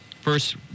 first